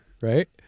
right